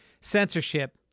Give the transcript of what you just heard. censorship